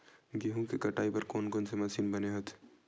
गेहूं के कटाई बर कोन कोन से मशीन बने होथे?